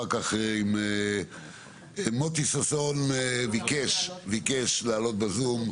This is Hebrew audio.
מוטי ששון שביקש לעלות בזום,